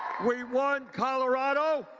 we won colorado.